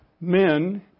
men